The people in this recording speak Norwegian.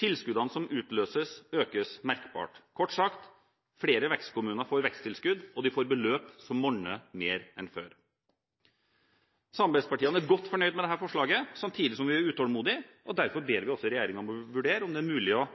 Tilskuddene som utløses, økes merkbart. Kort sagt: Flere vekstkommuner får veksttilskudd, og de får beløp som monner mer enn før. Samarbeidspartiene er godt fornøyd med dette forslaget, samtidig som vi er utålmodige. Derfor ber vi også regjeringen vurdere om det er mulig å